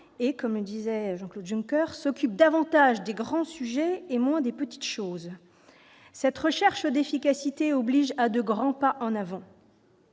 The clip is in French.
et, comme le disait Jean-Claude Juncker, « s'occupe davantage des grands sujets et moins des petites choses ». Cette recherche d'efficacité oblige à de grands pas en avant